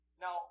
Now